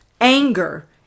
anger